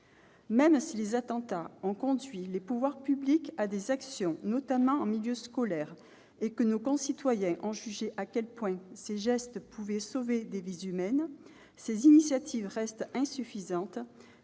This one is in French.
Même si les attentats ont conduit les pouvoirs publics à mener des actions, notamment en milieu scolaire, et que nos concitoyens ont mesuré à quel point ces gestes pouvaient sauver des vies humaines, ces initiatives restent insuffisantes